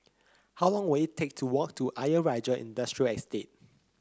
how long will it take to walk to Ayer Rajah Industrial Estate